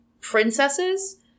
princesses